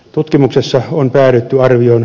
tutkimuksessa on päädytty arvioon